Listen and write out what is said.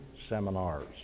seminars